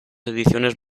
ediciones